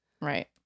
Right